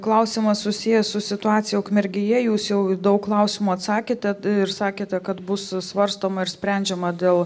klausimas susijęs su situacija ukmergėje jūs jau į daug klausimų atsakėte ir sakėte kad bus svarstoma ir sprendžiama dėl